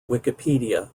wikipedia